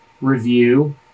review